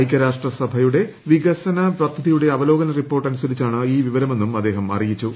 ഐകൃരാഷ്ട്രസ സഭയുടെ വികസന പദ്ധതിയുടെ അവലോകന റിപ്പോർട്ട് അനുസരിച്ചാണ് ഈ വിവരമെന്നും അദ്ദേഹം അറിയിച്ചു